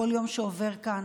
כל יום שעובר כאן,